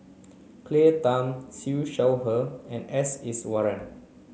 Claire Tham Siew Shaw Her and S Iswaran